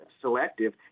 selective